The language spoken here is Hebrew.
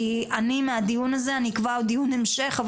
כי אני מהדיון הזה אני כבר דיון המשך,